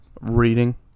reading